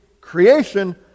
creation